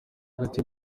hagati